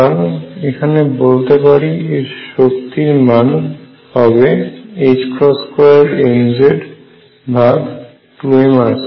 সুতরাং এখানে বলতে পারি এর শক্তির মান হবে 2mz ভাগ 2mR²